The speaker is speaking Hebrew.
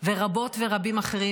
ורבות ורבים אחרים,